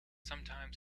sometimes